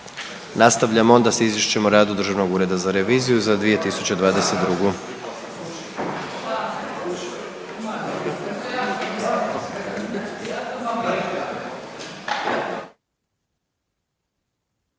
Prihvaća se Izvješće o radu Državnog ureda za reviziju za 2022.